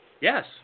Yes